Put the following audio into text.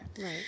Right